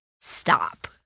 stop